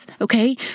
Okay